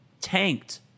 tanked